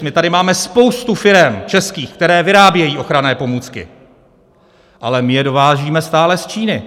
My tady máme spoustu firem českých, které vyrábějí ochranné pomůcky, ale my je dovážíme stále z Číny.